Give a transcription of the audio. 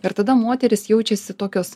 ir tada moterys jaučiasi tokios